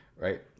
right